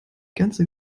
ganze